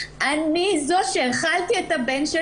אני זו שהכלתי את הבת שלי.